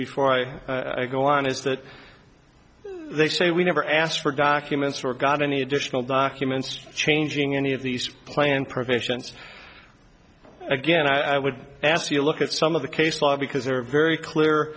before i go on is that they say we never asked for documents or got any additional documents changing any of these planned provisions again i would ask you to look at some of the case law because there are very clear